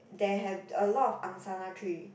there have a lot of angsana tree